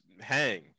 hang